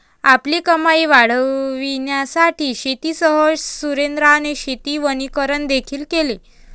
आपली कमाई वाढविण्यासाठी शेतीसह सुरेंद्राने शेती वनीकरण देखील केले